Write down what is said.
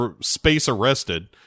space-arrested